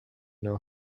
know